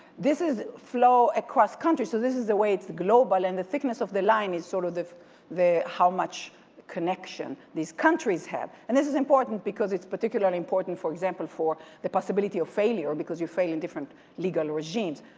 this is flow across country. so this is the way it's global and the thickness of the line is sort of of how much connection these countries have and this is important because it's particularly important for example for the possibility of failure because you fail in different legal regimes.